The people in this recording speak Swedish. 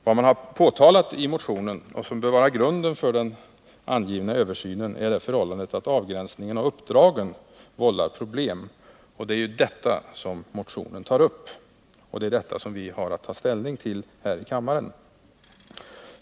Vad man har påtalat i motionen och som bör vara grunden för den angivna översynen är det förhållandet att avgränsningen av uppdragen vållar problem. Det är detta motionen tar upp, och det är detta som vi har att ta ställning till här i kammaren.